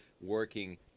working